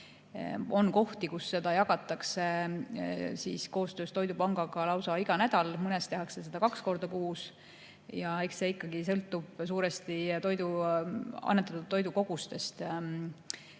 On kohti, kus seda jagatakse koostöös toidupangaga lausa iga nädal, mõnes [kohas] tehakse seda kaks korda kuus. Ja eks see sõltub suuresti annetatud toidu kogustest.